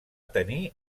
tenir